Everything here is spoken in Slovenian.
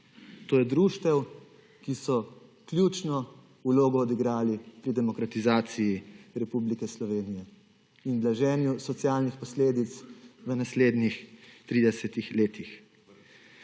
to je društev, ki so ključno vlogo odigrala pri demokratizaciji Republike Slovenije in blaženju socialnih posledic v naslednjih 30 letih.